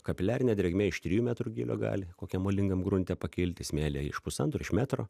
kapiliarinė drėgmė iš trijų metrų gylio gali kokiam molingam grunte pakilti smėlyje iš pusantro iš metro